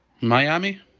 Miami